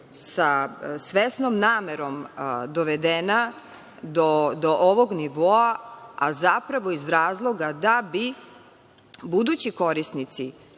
sa svesnom namerom dovedena do ovog nivoa, a zapravo iz razloga da bi budući korisnici